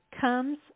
comes